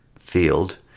field